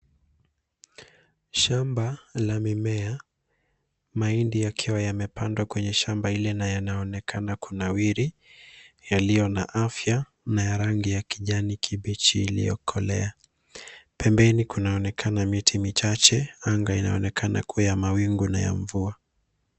Shamba la mimea, mahindi yakiwa yamepandwa kwenye shamba yanaonekana kunawiri, yaliyo na afya na yenye rangi ya kijanikibichi iliyokolea. Pembeni kunaonekana miti michache, na anga linaonekana kuwa na mawingu ya mvua.